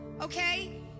okay